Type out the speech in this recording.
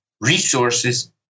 resources